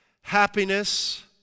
happiness